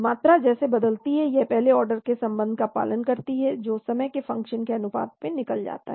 मात्रा जैसे बदलती है यह पहले ऑर्डर के संबंध का पालन करती है जो समय के फंक्शन के अनुपात में निकल जाती है